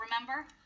remember